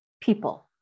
people